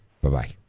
Bye-bye